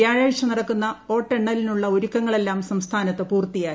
വ്യാഴാഴ്ച നടക്കുന്ന വോട്ടെണ്ണ്ലിനുള്ള ഒരുക്കങ്ങളെല്ലാം സംസ്ഥാനത്ത് പൂർത്തിയായി